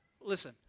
listen